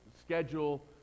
schedule